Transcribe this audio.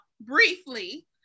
briefly